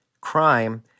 crime